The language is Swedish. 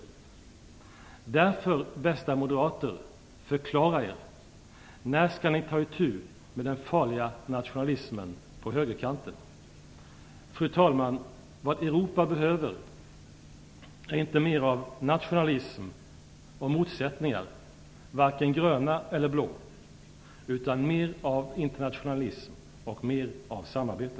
Därför, bästa moderater, måste ni förklara er. När skall ni ta itu med den farliga nationalismen på högerkanten? Fru talman! Vad Europa behöver är inte mer av nationalism och motsättningar, varken gröna eller blå, utan mer av internationalism och samarbete.